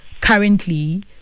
currently